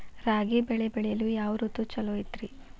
ರಾಗಿ ಬೆಳೆ ಬೆಳೆಯಲು ಯಾವ ಋತು ಛಲೋ ಐತ್ರಿ?